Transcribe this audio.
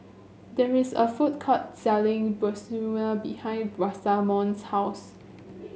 there is a food court selling Bratwurst behind Rosamond's house